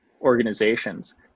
organizations